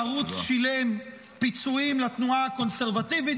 הערוץ שילם פיצויים לתנועה הקונסרבטיבית